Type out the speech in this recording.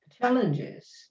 challenges